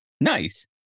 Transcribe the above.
Nice